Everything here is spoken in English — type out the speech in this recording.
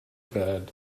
bed